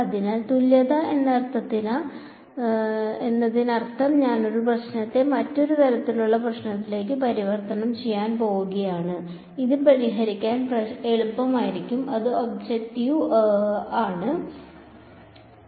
അതിനാൽ തുല്യത എന്നതിനർത്ഥം ഞാൻ ഒരു പ്രശ്നത്തെ മറ്റൊരു തരത്തിലുള്ള പ്രശ്നത്തിലേക്ക് പരിവർത്തനം ചെയ്യാൻ പോകുകയാണ് അത് പരിഹരിക്കാൻ എളുപ്പമായിരിക്കും അത് ഒബ്ജക്റ്റീവ് ശരിയാണ്